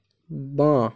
বাঁ